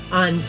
on